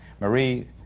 Marie